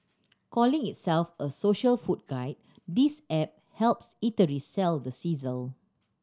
calling itself a social food guide this app helps eateries sell the sizzle